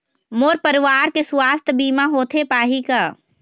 मोर परवार के सुवास्थ बीमा होथे पाही का?